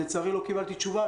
לצערי, לא קיבלתי תשובה.